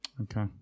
Okay